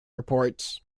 reports